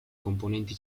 componenti